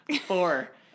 Four